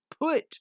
Put